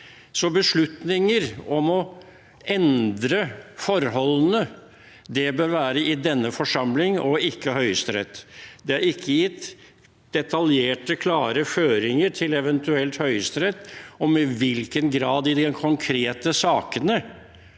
Så beslutninger om å endre forholdene bør tas av denne forsamling, ikke i Høyesterett. Det er ikke gitt detaljerte, klare føringer til eventuelt Høyesterett om i hvilken grad man i de konkrete sakene